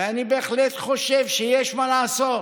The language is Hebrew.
ואני בהחלט חושב שיש מה לעשות,